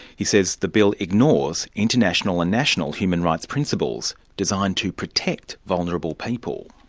he says the bill ignores international and national human rights principles, designed to protect vulnerable people.